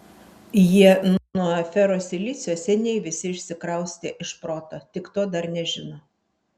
jie nuo ferosilicio seniai visi išsikraustė iš proto tik to dar nežino